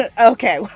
Okay